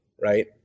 right